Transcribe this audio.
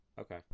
Okay